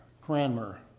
Cranmer